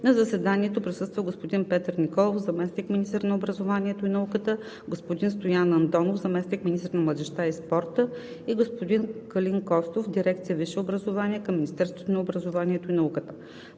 На заседанието присъстваха: господин Петър Николов – заместник-министър на образованието и науката, господин Стоян Андонов – заместник-министър на младежта и спорта, и господин Калин Костов – дирекция „Висше образование“ към Министерството на образованието и науката.